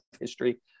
history